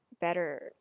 better